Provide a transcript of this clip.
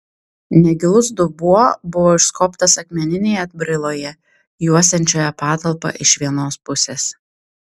negilus dubuo buvo išskobtas akmeninėje atbrailoje juosiančioje patalpą iš vienos pusės